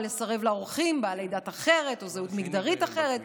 לסרב לאורחים בעלי דת אחרת או זהות מגדרית אחרת,